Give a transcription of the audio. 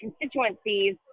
constituencies